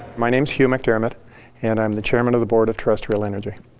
my name is hugh macdiarmid and i'm the chairman of the board of terrestrial energy.